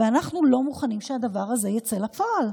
ואנחנו לא מוכנים שהדבר הזה יצא לפועל.